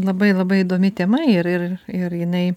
labai labai įdomi tema ir ir ir jinai